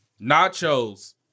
Nachos